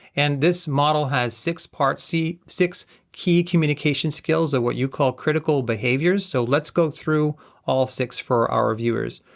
and this model has six parts see, six key communication skills or what you call critical behaviors. so let's go through all six for our viewers.